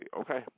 Okay